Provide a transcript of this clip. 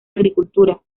agricultura